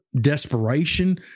desperation